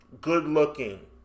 good-looking